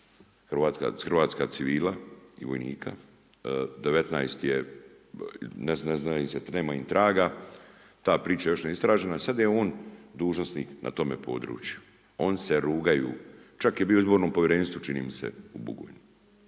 hrvatska civila i vojnika, 19 nema im traga, ta priča je još neistražena. Sad je on dužnosnik na tome području. Oni se rugaju, čak je bio i u Izbornom povjerenstvu čini mi se u Bugojnu.